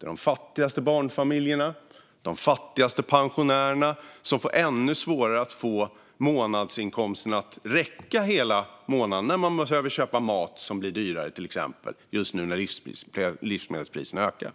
Det är de fattigaste barnfamiljerna och de fattigaste pensionärerna som får ännu svårare att få månadsinkomsten att räcka hela månaden, till exempel när man behöver köpa mat, som nu blir dyrare när livsmedelspriserna ökar.